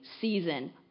season